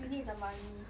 we need the money